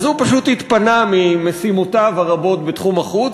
אז הוא פשוט התפנה ממשימותיו הרבות בתחום החוץ